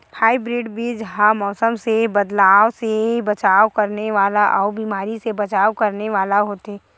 hybrid बीज हा मौसम मे बदलाव से बचाव करने वाला अउ बीमारी से बचाव करने वाला होथे